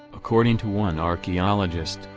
according to one archaeologist,